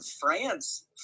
France